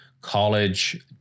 college